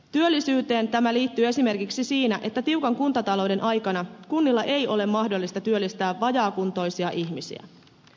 työllisyyteen tämä liittyy esimerkiksi sinä että tiukan kuntatalouden aikana kuntien ei ole mahdollista työllistää vajaakuntoisia ihmisiä